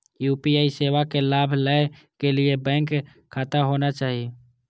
UPI सेवा के लाभ लै के लिए बैंक खाता होना चाहि?